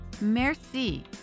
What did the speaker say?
merci